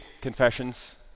confessions